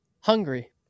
Hungry